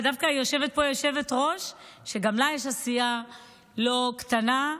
ודווקא יושבת פה יושבת-ראש שגם לה יש עשייה לא קטנה,